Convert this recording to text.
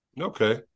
Okay